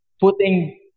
putting